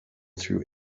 through